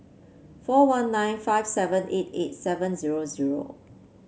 four one nine five seven eight eight seven zero zero